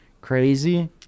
crazy